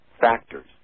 factors